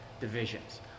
divisions